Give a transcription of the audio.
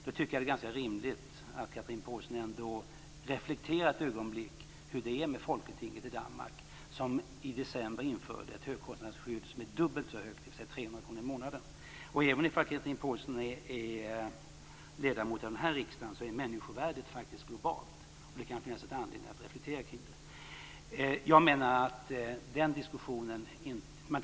Då tycker jag att det är ganska rimligt att ändå reflektera ett ögonblick över hur det är med Folketinget i Danmark som i december införde ett högkostnadsskydd som är dubbelt så högt, dvs. 300 kr i månaden. Även om Chatrine Pålsson är ledamot av den här riksdagen är människovärdet faktiskt globalt. Det kan finnas anledning att reflektera kring det.